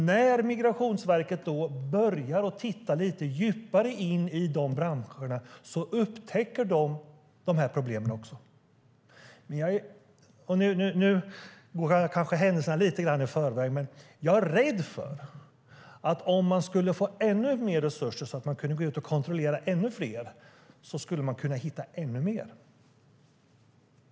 När Migrationsverket börjar titta lite djupare i dessa branscher upptäcker man dessa problem. Jag går kanske händelserna i förväg, men jag är rädd för att om man fick mer resurser och kunde kontrollera ännu fler skulle man hitta ännu mer.